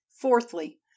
Fourthly